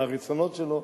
מהרצונות שלו,